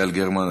יעל גרמן,